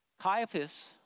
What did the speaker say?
Caiaphas